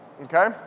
Okay